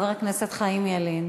חבר הכנסת חיים ילין.